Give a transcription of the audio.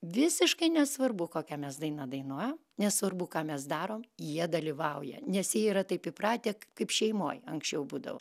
visiškai nesvarbu kokią mes dainą dainuojam nesvarbu ką mes darom jie dalyvauja nes jie yra taip įpratę k kaip šeimoj anksčiau būdavo